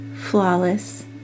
flawless